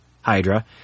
Hydra